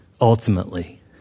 ultimately